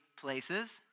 places